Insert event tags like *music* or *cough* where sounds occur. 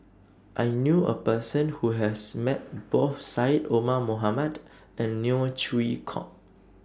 *noise* I knew A Person Who has Met Both Syed Omar Mohamed and Neo Chwee Kok